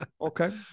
Okay